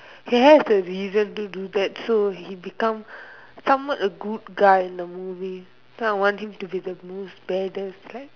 he has the reason to do that so he become somewhat a good guy in the movie but I want him to be the most baddest guy